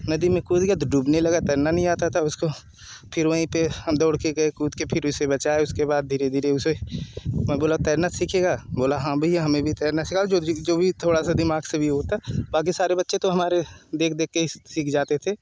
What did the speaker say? नदी में कूद गया तो डूबने लगा तैरना नहीं आता है था उसको फिर वहीं पर हम दौड़ के गए कूद के फिर उसे बचाए उसके बाद धीरे धीरे उसे मैं बोला तैरना सीखेगा बोला हाँ भईया हमें भी तैरना सिखा दो जो भी थोड़ा सा दिमाग से था बाकी सारे बच्चे को हमारे देख देख के सीख जाते थे